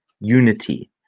unity